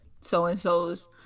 so-and-so's